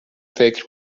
فکر